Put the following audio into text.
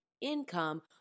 income